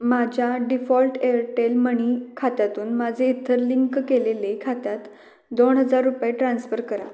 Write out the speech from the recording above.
माझ्या default Airtel money खात्यातून माझ्या इतर लिंकं केलेल्या खात्यात दोन हजार रुपये ट्रान्स्पर करा